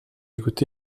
écouté